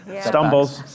stumbles